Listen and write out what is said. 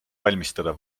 valmistada